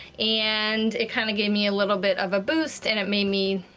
and it kinda gave me a little bit of a boost, and it made me,